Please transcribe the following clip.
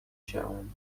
شوند